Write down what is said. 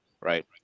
right